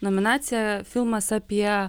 nominacija filmas apie